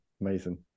Amazing